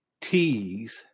T's